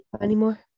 anymore